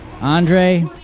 Andre